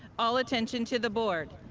all attention to the board.